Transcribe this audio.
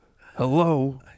Hello